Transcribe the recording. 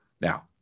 Now